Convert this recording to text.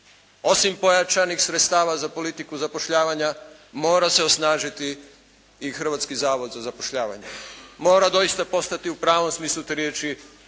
osim pojačanih sredstava za politiku zapošljavanja mora se osnažiti i Hrvatski zavod za zapošljavanje. Mora zaista postati u pravom smislu te riječi